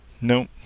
Nope